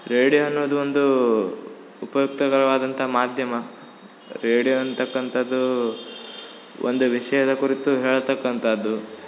radio ಅನ್ನೋದು ಒಂದು ಉಪಯುಕ್ತಗವಾದಂಥ ಮಾಧ್ಯಮ ರೇಡಿಯೋ ಅಂತಕ್ಕಂಥದ್ದು ಒಂದೇ ವಿಷಯದ ಕುರಿತು ಹೇಳ್ತಕ್ಕಂಥದ್ದು